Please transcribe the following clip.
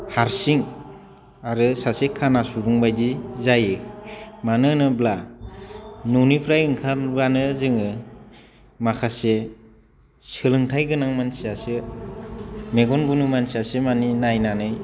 हारसिं आरो सासे खाना सुबुं बायदि जायो मानो होनोब्ला न'निफ्राय ओंखारब्लानो जोङो माखासे सोलोंथाय गोनां मानसियासो मेगन गुनु मानसियासो माने नायनानै